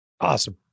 Awesome